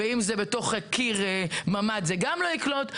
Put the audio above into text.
ואם זה בתוך קיר ממ"ד זה גם לא יקלוט.